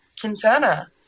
Quintana